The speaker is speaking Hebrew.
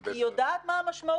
כי היא יודעת מה המשמעות.